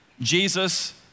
Jesus